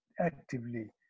actively